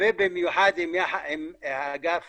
ובמיוחד עם האגף